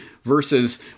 versus